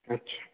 আচ্ছা